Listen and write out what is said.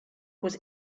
was